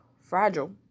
fragile